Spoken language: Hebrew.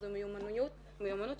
זאת אומרת,